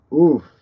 oof